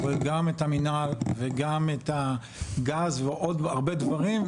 גם את המנהל וגם את הגז ועוד הרבה דברים,